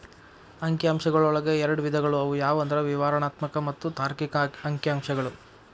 ಅಂಕಿ ಅಂಶಗಳೊಳಗ ಎರಡ್ ವಿಧಗಳು ಅವು ಯಾವಂದ್ರ ವಿವರಣಾತ್ಮಕ ಮತ್ತ ತಾರ್ಕಿಕ ಅಂಕಿಅಂಶಗಳು